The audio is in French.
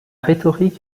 rhétorique